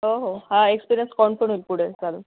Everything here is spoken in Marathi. हो हा एक्सपिरियन्स काऊंट पण होईल पुढे चालून